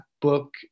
book